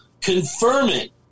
confirming